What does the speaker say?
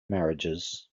marriages